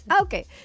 Okay